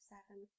seven